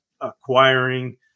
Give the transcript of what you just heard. acquiring